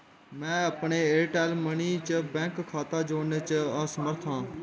में अपने Airtel money च बैंक खाता जोड़ने च असमर्थ आं